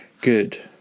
good